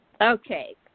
Okay